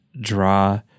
draw